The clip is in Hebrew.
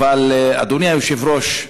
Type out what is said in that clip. אבל, אדוני היושב-ראש,